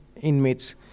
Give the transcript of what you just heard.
inmates